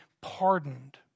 pardoned